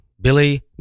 Billy